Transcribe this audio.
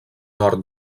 nord